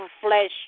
flesh